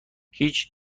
هیچ